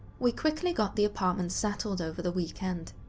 we quickly got the apartment settled over the weekend.